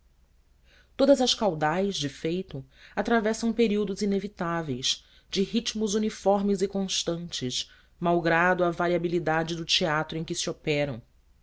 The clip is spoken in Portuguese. todas as caudais de feito atravessam períodos inevitáveis de ritmos uniformes e constantes malgrado a variabilidade do teatro em que se operam